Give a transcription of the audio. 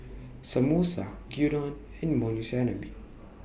Samosa Gyudon and Monsunabe